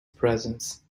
presence